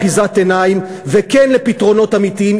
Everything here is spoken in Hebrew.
צריך להגיד כאן בקול גדול: לא לאחיזת עיניים וכן לפתרונות אמיתיים.